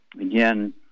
again